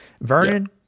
Vernon